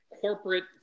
corporate